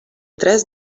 tres